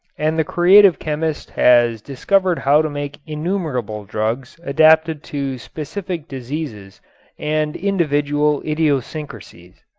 and the creative chemist has discovered how to make innumerable drugs adapted to specific diseases and individual idiosyncrasies.